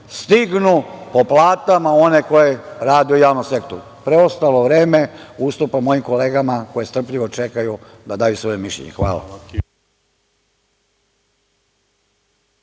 stignu po platama one koji rade u javnom sektoru. Preostalo vreme ustupam mojim kolegama koje strpljivo čekaju da daju svoje mišljenje. Hvala.